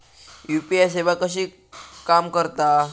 UPI सेवा कशी काम करता?